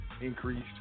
increased